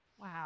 wow